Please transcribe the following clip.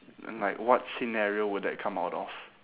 like what scenario would that come out of